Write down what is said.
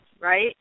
right